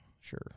sure